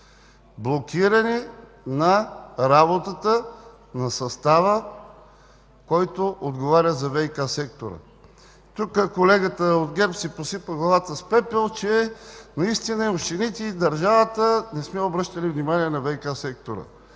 Блокиране на работата на състава, който отговаря за ВиК сектора. Тук колегата от ГЕРБ си посипа главата с пепел, че наистина общините и държавата не сме обръщали внимание на ВиК сектора.